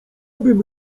bym